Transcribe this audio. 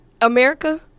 America